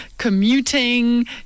commuting